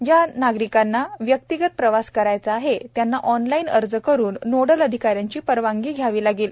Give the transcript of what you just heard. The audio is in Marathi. ज्या नागरिकांना व्यक्तिगत प्रवास करायचा आहे त्यांना ऑनलाईन अर्ज करून नोडल अधिकाऱ्यांची परवानगी घ्यावी लागेल